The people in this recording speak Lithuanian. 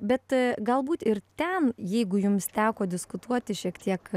bet galbūt ir ten jeigu jums teko diskutuoti šiek tiek